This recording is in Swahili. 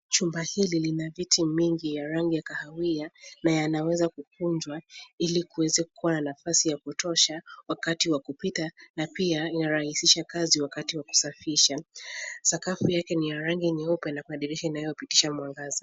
Chumba hili lina viti mingi ya rangi ya kahawia na yanaweza kukunjwa ili kuweze kukuwa na nafasi ya kutosha wakati wa kupita na pia inarahisisha kazi wakati wa kusafisha. Sakafu yake ni ya rangi nyeupe na madirisha inayopitisha mwangaza.